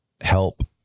help